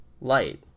light